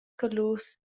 colurs